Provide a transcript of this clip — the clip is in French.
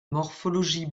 morphologie